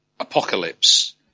Apocalypse